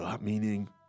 meaning